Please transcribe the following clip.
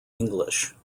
english